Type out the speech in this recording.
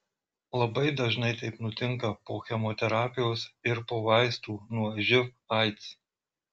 labai dažnai taip nutinka po chemoterapijos ir po vaistų nuo živ aids